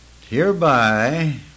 Hereby